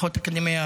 הצלחות אקדמיות,